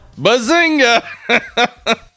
Bazinga